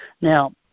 Now